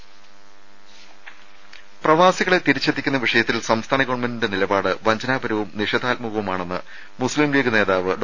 രേര പ്രവാസികളെ തിരിച്ചെത്തിക്കുന്ന വിഷയത്തിൽ സംസ്ഥാന ഗവൺമെന്റിന്റെ വഞ്ചനാപരവും നിലപാട് നിഷേധാത്മകവുമാണെന്ന് മുസ്സീം ലീഗ് നേതാവ് ഡോ